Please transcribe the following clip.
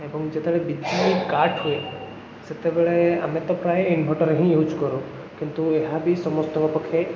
ଏବଂ ଯେତେବେଳେ ବିଜୁଳି କାଟ ହୁଏ ସେତେବେଳେ ଆମେ ତ ପ୍ରାୟ ଇନଭଟର୍ ହିଁ ଇଉଜ୍ କରୁ କିନ୍ତୁ ଏହା ବି ସମସ୍ତଙ୍କ ପକ୍ଷେ